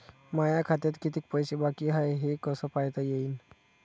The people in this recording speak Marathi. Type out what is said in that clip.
माया खात्यात कितीक पैसे बाकी हाय हे कस पायता येईन?